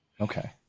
Okay